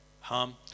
harm